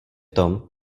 tom